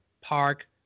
Park